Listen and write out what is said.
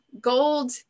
gold